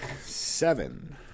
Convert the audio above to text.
seven